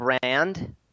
brand